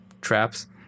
traps